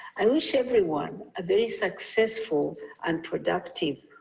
i wish everyone a very successful, and productive,